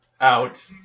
out